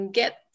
get